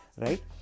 right